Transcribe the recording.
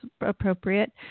appropriate